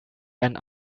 and